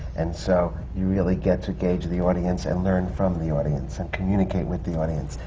and so, you really get to gauge the audience and learn from the audience and communicate with the audience.